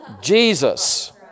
Jesus